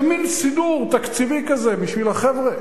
זה מין סידור תקציבי כזה בשביל החבר'ה.